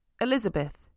Elizabeth